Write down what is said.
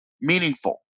meaningful